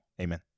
Amen